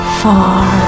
far